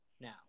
now